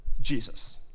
Jesus